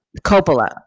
Coppola